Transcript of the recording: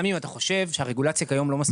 גם אם אתה חושב שהרגולציה כיום לא מספיקה,